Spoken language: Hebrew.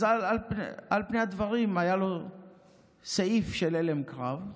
אז על פני הדברים היה לו סעיף של הלם קרב,